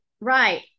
Right